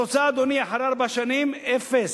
התוצאה, אדוני, אחרי ארבע שנים: אפס.